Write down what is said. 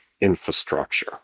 infrastructure